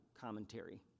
Commentary